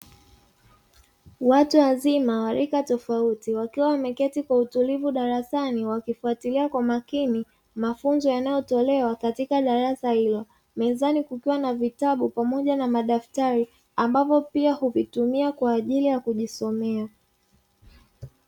Watu wazima wa rika tofauti, wakiwa wameketi kwa utulivu darasani wakifuatilia kwa umakini mafunzo yanayotolewa katika darasa hilo. Mezani kukiwa na vitabu pamoja na madaftari, ambapo pia huvitumia kwa ajili ya kujisomea.